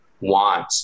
want